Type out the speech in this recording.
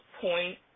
point